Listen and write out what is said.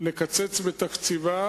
לקצץ בתקציבה,